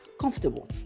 comfortable